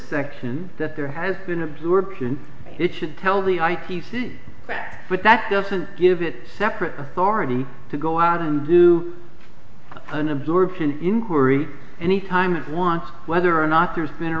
section that there has been absorption it should tell the i t c back but that doesn't give it a separate authority to go out and do an absorption inquiry and he time it was whether or not there's been a